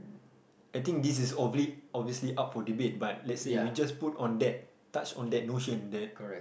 I think this is obviously obviously up for debate but let's say if you just put on that touch on that notion then